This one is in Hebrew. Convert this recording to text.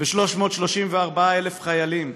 ו-334,000 חיילים.